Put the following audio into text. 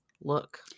look